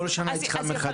כל שנה היא צריכה מחדש.